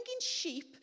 sheep